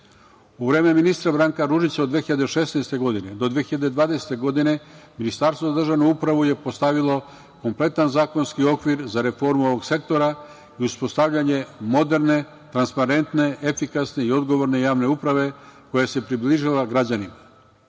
vreme ministra Branka Ružića od 2016. godine do 2020. godine Ministarstvo za državnu upravu je postavilo kompletan zakonski okvir za reformu ovog sektora i uspostavljanje moderne, transparentne, efikasne i odgovorne javne uprave koja se približila građanima.